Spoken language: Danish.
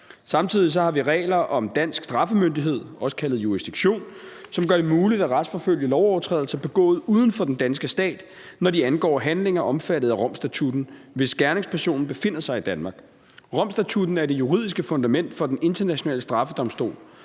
Samtidig har vi regler om dansk straffemyndighed, også kaldet jurisdiktion, som gør det muligt at retsforfølge lovovertrædelser begået uden for den danske stat, når de angår handlinger omfattet af Romstatutten, hvis gerningspersonen befinder sig i Danmark. Romstatutten er det juridiske fundament for Den Internationale Straffedomstol.